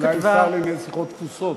אולי גם שר לענייני שיחות תפוסות.